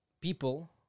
people